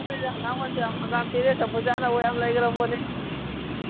ꯑꯇꯩꯗꯤ ꯍꯪꯒꯥꯝꯒꯁꯨ ꯌꯥꯝ ꯍꯪꯒꯥꯝ ꯄꯦꯔꯦ ꯆꯝꯐꯨꯠ ꯆꯥꯅꯕ ꯌꯥꯝ ꯂꯩꯈ꯭ꯔꯄꯣꯠꯅꯤ